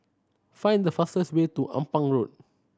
find the fastest way to Ampang Walk